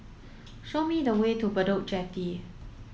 show me the way to Bedok Jetty